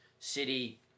City